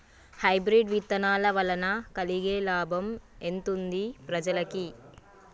Hybrid విత్తనాల వలన కలిగే లాభం ఎంతుంది ప్రజలకి?